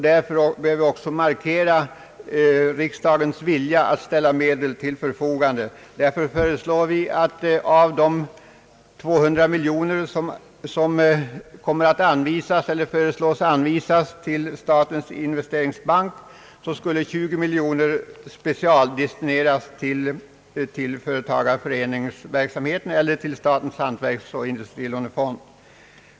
Därför bör också riksdagens vilja att ställa medel till förfogande markeras. Vi föreslår därför att 20 miljoner kronor av de 200 miljoner som föreslås bli anslagna till statens investeringsbank skall specialdestineras till företagareföreningarnas verksamhet eller till statens hantverksoch industrilånefond.